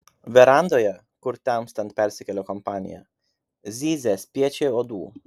verandoje kur temstant persikėlė kompanija zyzė spiečiai uodų